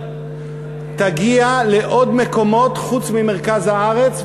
תגיע לעוד מקומות חוץ ממרכז הארץ,